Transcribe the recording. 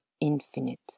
infinite